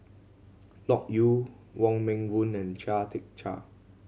Loke Yew Wong Meng Voon and Chia Tee Chiak